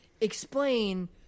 explain